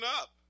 up